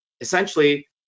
essentially